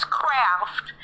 craft